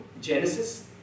Genesis